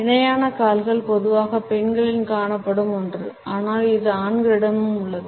இணையான கால்கள் பொதுவாக பெண்களில் காணப்படும் ஒன்று ஆனால் இது ஆண்களிடமும் உள்ளது